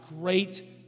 great